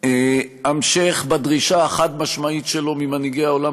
המשך בדרישה החד-משמעית שלו ממנהיגי העולם